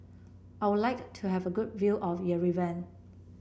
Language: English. I would like to have a good view of Yerevan